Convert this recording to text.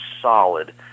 solid